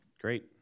Great